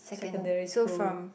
secondary school